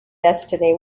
destiny